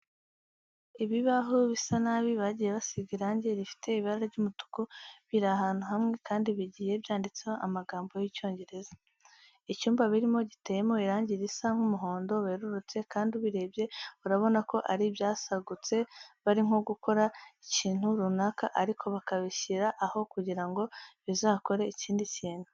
Ibibaho bisa nabi bagiye basiga irangi rifite ibara ry'umutuku biri ahantu hamwe kandi bigiye byanditseho amagambo y'Icyongereza. Icyumba birimo giteyemo irangi risa nk'umuhondo werurutse kandi ubirebye urabona ko ari ibyasagutse bari nko gukora ikintu runaka ariko bakabishyira aho kugira ngo bizakore ikindi kintu.